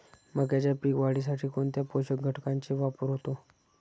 मक्याच्या पीक वाढीसाठी कोणत्या पोषक घटकांचे वापर होतो?